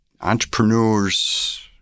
entrepreneurs